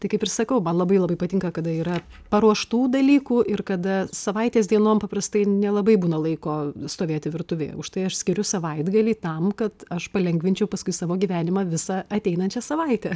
tai kaip ir sakau man labai labai patinka kada yra paruoštų dalykų ir kada savaitės dienom paprastai nelabai būna laiko stovėti virtuvėje užtai aš skiriu savaitgalį tam kad aš palengvinčiau paskui savo gyvenimą visą ateinančią savaitę